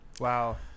Wow